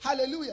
Hallelujah